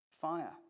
Fire